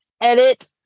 edit